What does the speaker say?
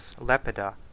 Lepida